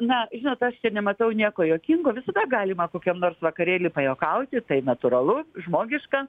na žinot aš čia nematau nieko juokingo visada galima kokiam nors vakarėly pajuokauti tai natūralu žmogiška